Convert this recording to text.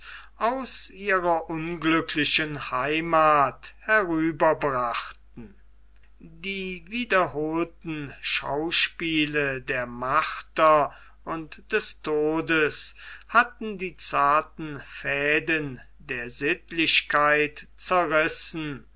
aus ihrer unglücklichen heimath herüberbrachten die wiederholten schauspiele der marter und des todes hatten die zarten fäden der sittlichkeit zerrissen